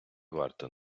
варто